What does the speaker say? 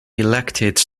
elected